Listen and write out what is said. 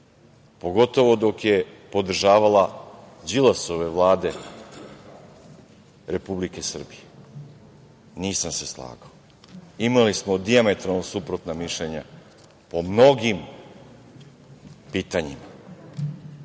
pogotovo dok je podržavala Đilasove vlade Republike Srbije, nisam se slagao. Imali smo dijametralno suprotna mišljenja po mnogim pitanjima.